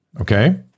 Okay